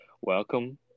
welcome